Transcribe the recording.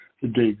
today